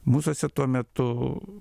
mūsuose tuo metu